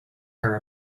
her